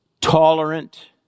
tolerant